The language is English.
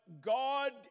God